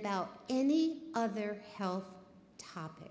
about any other health topic